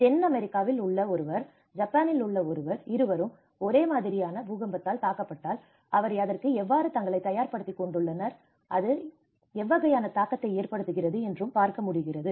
தென் அமெரிக்காவில் உள்ள ஒருவர் ஜப்பானில் உள்ள ஒருவர் இருவரும் ஒரே மாதிரியான பூகம்பத்தால் தாக்கப்பட்டால் அவர் அதற்கு எவ்வாறு தங்களை தயார்படுத்திக் கொண்டுள்ளனர் அது எவ்வகையான தாக்கத்தை ஏற்படுத்துகிறது என்றும் பார்க்க முடிகிறது